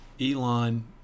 Elon